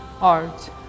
art